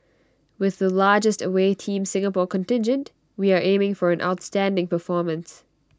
with the largest away Team Singapore contingent we are aiming for an outstanding performance